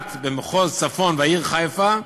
זולת במחוז צפון ובעיר חיפה,